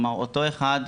אותו אחד,